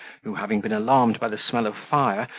who having been alarmed by the smell of fire,